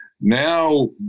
Now